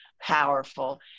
powerful